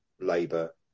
Labour